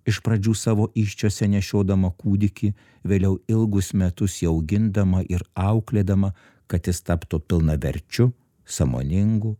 iš pradžių savo įsčiose nešiodama kūdikį vėliau ilgus metus jį augindama ir auklėdama kad jis taptų pilnaverčiu sąmoningu